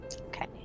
Okay